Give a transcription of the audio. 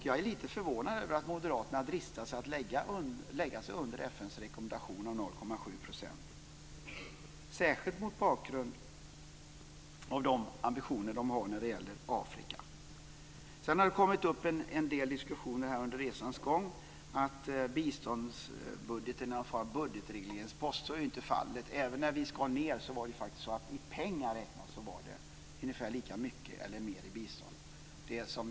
Jag är lite förvånad över att moderaterna dristar sig till att lägga sig under FN:s rekommendationer om 0,7 %, särskilt mot bakgrund av de ambitioner som de har när det gäller Sedan har det kommit upp en del diskussioner under resans gång om att biståndsbudgeten är någon form av budgetregleringspost. Så är inte fallet. Även när vi skar ned var det räknat i pengar faktiskt ungefär lika mycket eller mer i bistånd.